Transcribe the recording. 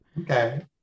Okay